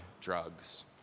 drugs